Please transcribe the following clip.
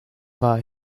war